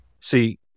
see